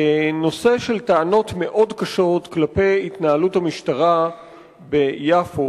טענות מאוד קשות כלפי התנהלות המשטרה ביפו.